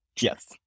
Yes